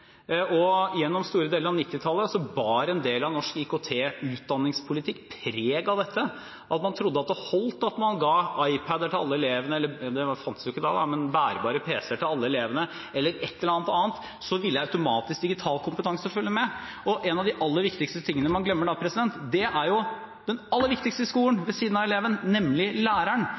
Gjennom store deler av 1990-tallet bar en del av norsk IKT-utdanningspolitikk preg av dette. Man trodde det holdt at man ga bærbare PC-er eller annet til alle elevene, at digital kompetanse da automatisk ville følge med. En av de viktigste tingene man glemmer da, er den aller viktigste i skolen ved siden av eleven, nemlig læreren.